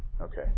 Okay